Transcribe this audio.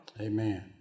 Amen